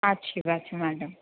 اچھی بات ہے میڈم